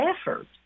effort